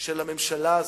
של הממשלה הזאת,